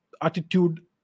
attitude